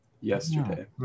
yesterday